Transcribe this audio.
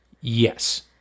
Yes